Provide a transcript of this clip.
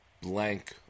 blank